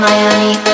Miami